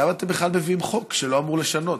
למה אתם בכלל מביאים חוק שלא אמור לשנות?